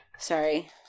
Sorry